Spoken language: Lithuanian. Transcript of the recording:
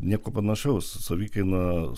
nieko panašaus savikaina